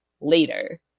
later